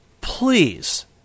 please